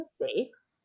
mistakes